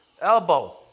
elbow